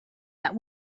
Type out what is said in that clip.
that